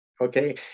Okay